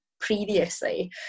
previously